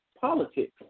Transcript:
politics